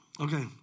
okay